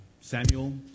Samuel